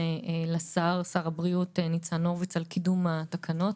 לשר הבריאות ניצן הורוביץ על קידום התקנות.